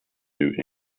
new